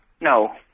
No